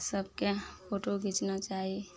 सबके फोटो घीचना चाही